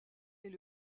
est